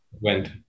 went